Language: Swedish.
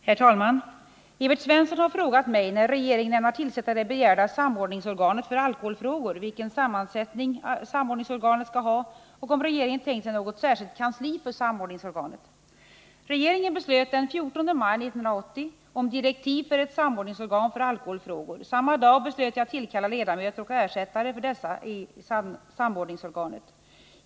Herr talman! Evert Svensson har frågat mig när regeringen ämnar tillsätta det begärda samordningsorganet för alkoholfrågor, vilken sammansättning samordningsorganet skall ha och om regeringen tänkt sig något särskilt kansli för samordningsorganet. Regeringen beslöt den 14 maj 1980 om direktiv för ett samordningsorgan för alkoholfrågor. Samma dag beslöt jag tillkalla ledamöter och ersättare för dessa i samordningsorganet.